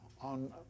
on